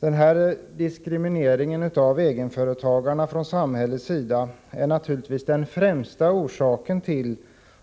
Den här diskrimineringen av egenföretagarna från samhällets sida är naturligtvis den främsta orsaken till